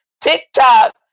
TikTok